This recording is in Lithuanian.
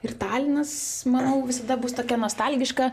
ir talinas manau visada bus tokia nostalgiška